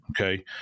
Okay